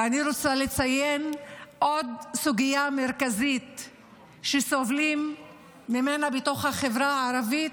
ואני רוצה לציין עוד סוגיה מרכזית שסובלים ממנה בחברה ערבית,